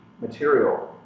material